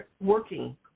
working